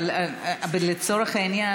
אבל לצורך העניין,